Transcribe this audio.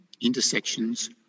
intersections